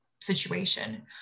situation